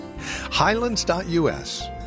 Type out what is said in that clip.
Highlands.us